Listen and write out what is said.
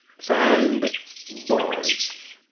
signed boz.